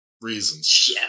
reasons